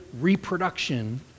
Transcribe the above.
reproduction